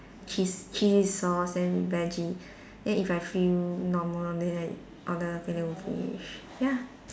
cheese chili sauce then veggie then if I feel normal then I order Filet-O-Fish ya